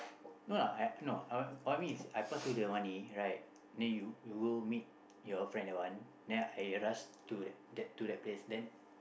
no lah I no I what I mean is I pass you the money right then you you go meet with your friend that one then I rush to that place then